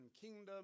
kingdom